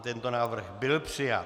Tento návrh byl přijat.